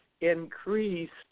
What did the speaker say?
increased